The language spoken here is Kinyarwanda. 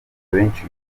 benshi